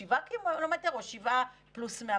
0-7 קילומטרים או 7 פלוס 100?